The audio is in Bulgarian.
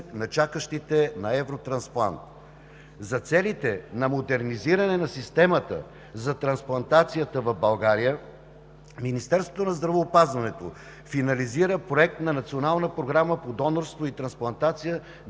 на чакащите на Евротрансплант. За целите на модернизиране на системата за трансплантацията в България Министерството на здравеопазването финализира Проект на Национална програма по донорство и трансплантация